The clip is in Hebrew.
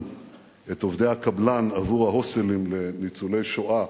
את עובדי הקבלן עבור ההוסטלים לניצולי שואה.